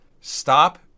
Stop